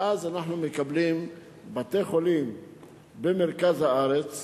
ואז אנחנו מקבלים בתי-חולים במרכז הארץ,